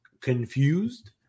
confused